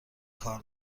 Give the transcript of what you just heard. کار